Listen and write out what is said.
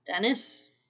dennis